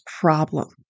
problem